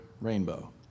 rainbow